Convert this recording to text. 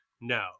No